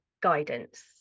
guidance